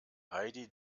heidi